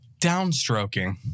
downstroking